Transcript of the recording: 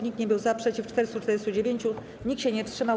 Nikt nie był za, przeciw - 449, nikt się nie wstrzymał.